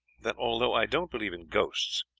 that although i don't believe in ghosts,